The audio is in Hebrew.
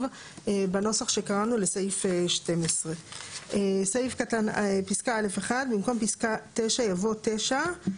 בנוסח שקראנו לסעיף 12. (א1) במקום פסקה (9) יבוא: "(9)